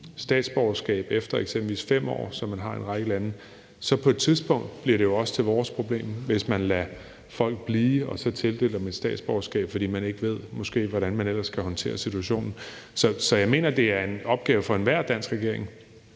statsborgerskab efter eksempelvis 5 år, hvad de gør i en række lande, bliver det jo på et tidspunkt også til vores problem, hvis man lader folk blive og så tildeler dem et statsborgerskab, fordi man måske ikke ved, hvordan man ellers kan håndtere situationen. Så jeg mener, at det er en opgave for enhver dansk regering,